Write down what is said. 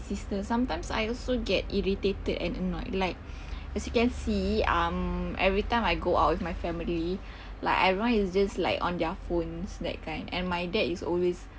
sister sometimes I also get irritated and annoyed like as you can see um every time I go out with my family like everyone is just like on their phones that kind and my dad is always